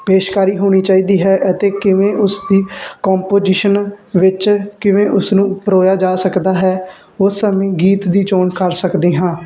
ਪੇਸ਼ਕਾਰੀ ਹੋਣੀ ਚਾਹੀਦੀ ਹੈ ਅਤੇ ਕਿਵੇਂ ਉਸਦੀ ਕੰਪੋਜੀਸ਼ਨ ਵਿੱਚ ਕਿਵੇਂ ਉਸ ਨੂੰ ਪਰੋਇਆ ਜਾ ਸਕਦਾ ਹੈ ਉਸ ਸਮੇਂ ਗੀਤ ਦੀ ਚੋਣ ਕਰ ਸਕਦੇ ਹਾਂ